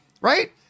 Right